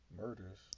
murders